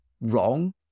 wrong